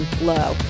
low